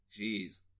Jeez